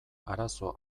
arazo